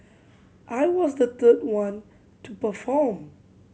I was the third one to perform